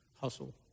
hustle